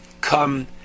come